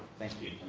thank you.